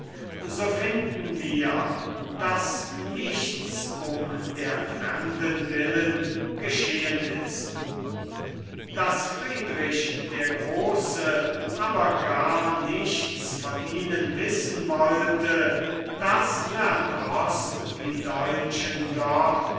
so finden wir daß nichts um der fremden willen geschehen ist daß friedrich der große aber gar nichts von ihnen wissen wollte das verdroß die deutschen doch